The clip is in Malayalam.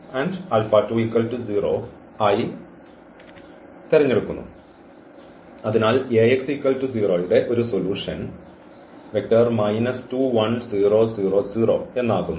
അതിനാൽ Ax 0 ന്റെ ഒരു സൊലൂഷൻ എന്നാകുന്നു